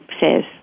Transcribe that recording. says